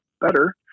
better